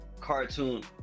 cartoon